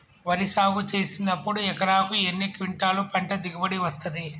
వరి సాగు చేసినప్పుడు ఎకరాకు ఎన్ని క్వింటాలు పంట దిగుబడి వస్తది?